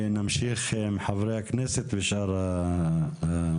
ונמשיך עם חברי הכנסת ושאר הנוכחים.